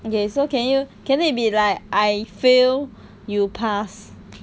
okay so can you can it be like I fail you pass